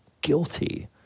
guilty